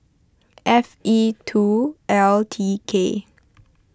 F E two L T K